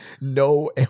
no